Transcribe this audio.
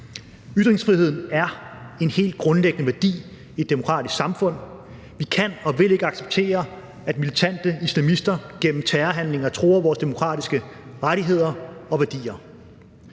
Ytringsfrihed er en helt grundlæggende værdi i et demokratisk samfund. Vi kan og vil ikke acceptere, at militante islamister gennem terrorhandlinger truer vores demokratiske rettigheder og værdier.